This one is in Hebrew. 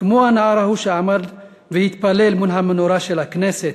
כמו הנער ההוא שעמד והתפלל מול המנורה של הכנסת